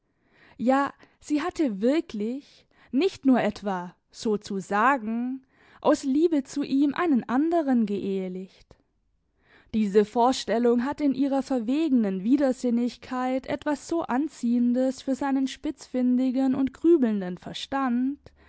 ja sie hatte wirklich nicht nur etwa sozusagen aus liebe zu ihm einen anderen geehelicht diese vorstellung hat in ihrer verwegenen widersinnigkeit etwas so anziehendes für seinen spitzfindigen und grübelnden verstand